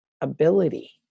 ability